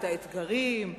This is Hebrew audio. את האתגרים,